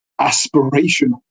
aspirational